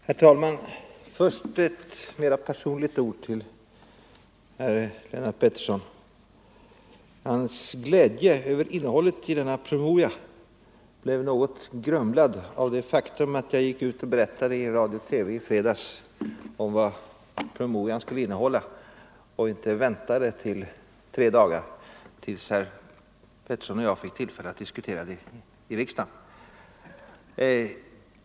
Herr talman! Först ett mera personligt ord till herr Pettersson i Lund. Hans glädje över innehållet i departementspromemorian blev något grumlad av det faktum att jag i fredags gick ut och berättade i radio och TV vad promemorian skulle innehålla och inte väntade tre dagar tills herr Pettersson och jag fick tillfälle att diskutera dess innehåll i riksdagen.